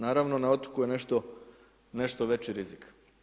Naravno na otoku je nešto veći rizik.